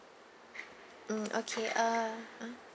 mm okay uh uh